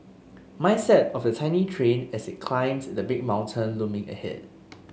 mindset of the tiny train as it climbed the big mountain looming ahead